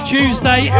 Tuesday